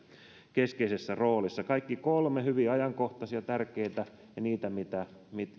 keskeisessä roolissa kaikki kolme ovat hyvin ajankohtaisia tärkeitä ja niitä mitä mitä